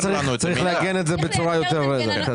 צריך לעגן את זה בצורה ברורה יותר.